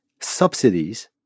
subsidies